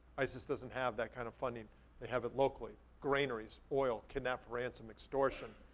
isis doesn't have that kind of funding they have it locally, graineries, oil, kidnapped ransom, extortion,